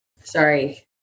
Sorry